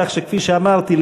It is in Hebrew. כך שכפי שאמרתי,